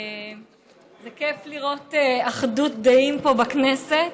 זה כיף לראות אחדות דעים פה בכנסת.